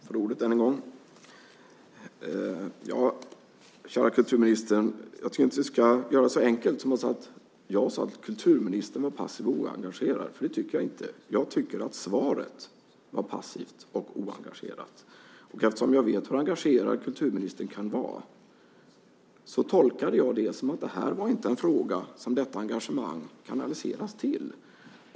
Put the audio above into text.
Fru talman! Kära kulturminister! Jag tror inte att vi ska göra det så enkelt som att säga att jag sade att kulturministern var passiv och oengagerad. Det tycker jag inte. Jag tycker att svaret var passivt och oengagerat. Eftersom jag vet hur engagerad kulturministern kan vara tolkade jag det som att det här inte var en fråga som detta engagemang kanaliseras till.